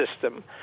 system